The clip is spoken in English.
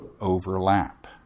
overlap